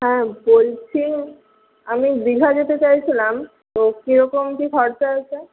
হ্যাঁ বলছি আমি দীঘা যেতে চাইছিলাম তো কীরকম কী খরচা আছে